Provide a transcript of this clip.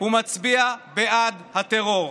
מצביע בעד הטרור,